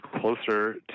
closer